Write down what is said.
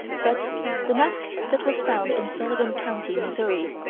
but the mask that was found in sullivan county, missouri,